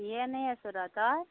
হেই এনে আছোঁ ৰ'হ তই